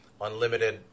unlimited